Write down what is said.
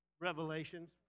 revelations